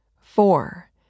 four